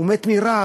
הוא מת מרעב.